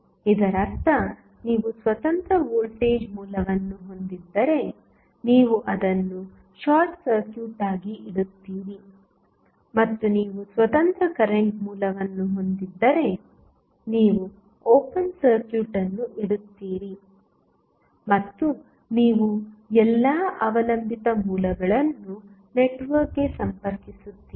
ಇದರರ್ಥ ನೀವು ಸ್ವತಂತ್ರ ವೋಲ್ಟೇಜ್ ಮೂಲವನ್ನು ಹೊಂದಿದ್ದರೆ ನೀವು ಅದನ್ನು ಶಾರ್ಟ್ ಸರ್ಕ್ಯೂಟ್ ಆಗಿ ಇಡುತ್ತೀರಿ ಮತ್ತು ನೀವು ಸ್ವತಂತ್ರ ಕರೆಂಟ್ ಮೂಲವನ್ನು ಹೊಂದಿದ್ದರೆ ನೀವು ಓಪನ್ ಸರ್ಕ್ಯೂಟ್ ಅನ್ನು ಇಡುತ್ತೀರಿ ಮತ್ತು ನೀವು ಎಲ್ಲಾ ಅವಲಂಬಿತ ಮೂಲಗಳನ್ನು ನೆಟ್ವರ್ಕ್ಗೆ ಸಂಪರ್ಕಿಸುತ್ತೀರಿ